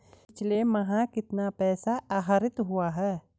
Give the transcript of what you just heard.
पिछले माह कितना पैसा आहरित हुआ है?